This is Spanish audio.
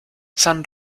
san